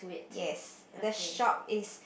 yes the shop is